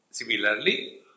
Similarly